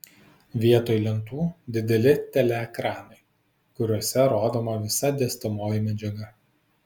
vietoj lentų dideli teleekranai kuriuose rodoma visa dėstomoji medžiaga